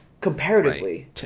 comparatively